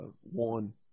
one